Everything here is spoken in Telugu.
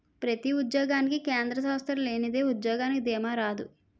ప్రతి ఉద్యోగానికి కేంద్ర సంస్థ లేనిదే ఉద్యోగానికి దీమా రాదు